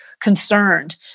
concerned